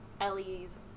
Ellie's